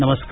नमस्कार